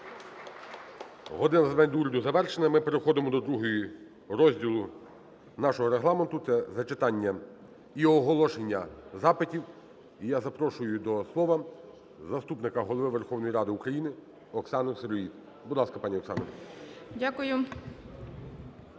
до Уряду" завершена. Ми переходимо до другого розділу нашого Регламенту - це зачитання і оголошення запитів. І я запрошую до слова заступника Голови Верховної Ради України Оксану Сироїд. Будь ласка, пані Оксана. Веде